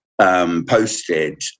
Posted